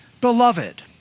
Beloved